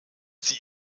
sie